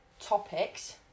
topics